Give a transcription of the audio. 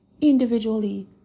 individually